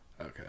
Okay